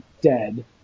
dead